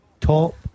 top